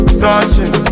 touching